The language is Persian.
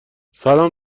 سلام